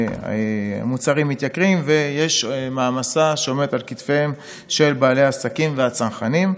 מוצרים מתייקרים ויש מעמסה שעומדת על כתפיהם של בעלי העסקים והצרכנים.